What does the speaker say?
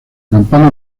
campana